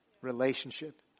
Relationship